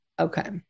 Okay